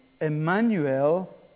Emmanuel